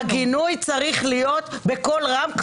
הגינוי צריך להיות בקול רם,